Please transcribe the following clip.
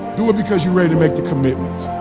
do it because you're ready to make the commitment.